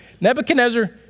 Nebuchadnezzar